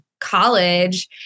college